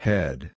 Head